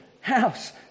house